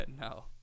No